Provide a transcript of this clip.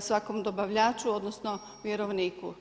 svakom dobavljaču odnosno vjerovniku.